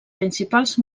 principals